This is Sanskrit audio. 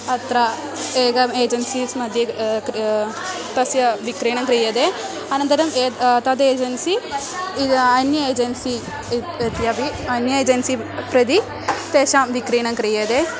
अत्र एकम् एजन्सीस् मध्ये क्रिया तस्य विक्रयणं क्रियते अनन्तरम् एतद् तद् एजेन्सि इदानीम् अन्यत् एजेन्सि इति इत्यपि अन्ये एजेन्सि प्रति तेषां विक्रयणं क्रियते